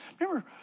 Remember